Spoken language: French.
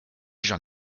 j’en